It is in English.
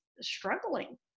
struggling